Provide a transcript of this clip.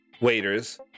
waiters